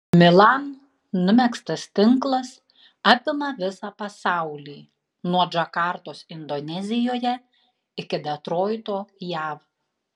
milan numegztas tinklas apima visą pasaulį nuo džakartos indonezijoje iki detroito jav